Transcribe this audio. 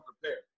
prepared